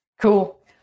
cool